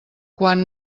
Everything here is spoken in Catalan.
quan